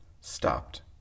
stopped